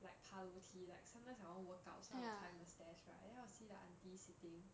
like 爬楼梯 like sometimes I want to workout so I will climb the stairs right then I will see the aunty sitting